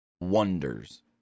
Wonders